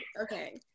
okay